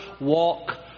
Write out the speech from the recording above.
walk